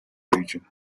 region